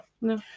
no